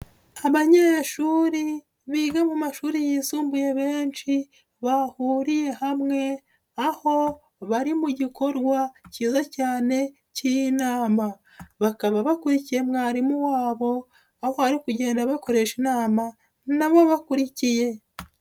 Abanyeshuri biga mu mashuri yisumbuye benshi, bahuriye hamwe aho bari mu gikorwa kiza cyane k'inama, bakaba bakurikiye mwarimu wabo, aho ari kugenda bakoresha inama na bo bakurikiye.